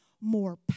more